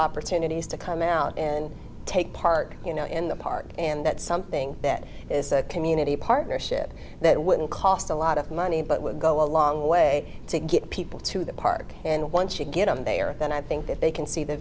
opportunities to come out and take part you know in the park and that's something that is a community partnership that wouldn't cost a lot of money but would go a long way to get people to the park and once you get them they are then i think that they can see the